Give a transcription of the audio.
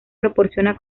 proporciona